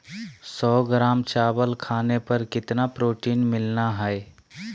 सौ ग्राम चावल खाने पर कितना प्रोटीन मिलना हैय?